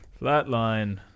Flatline